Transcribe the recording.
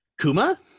kuma